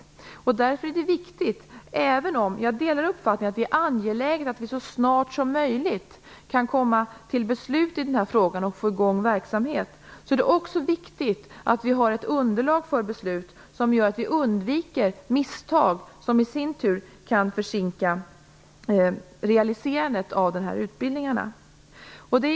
Det är därför viktigt, även om jag delar uppfattningen att det är angeläget att vi så snart som möjligt kan komma till beslut i den här frågan och få i gång verksamhet, att vi har ett underlag för beslut som gör att vi undviker misstag som i sin tur kan försinka realiserandet av dessa utbildningar.